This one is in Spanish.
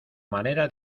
manera